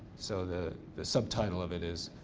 so the the subtitle of it is,